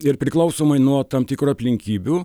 ir priklausomai nuo tam tikrų aplinkybių